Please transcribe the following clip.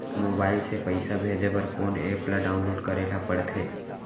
Mobile से पइसा भेजे बर कोन एप ल डाऊनलोड करे ला पड़थे?